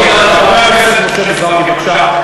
חבר הכנסת משה מזרחי, בבקשה.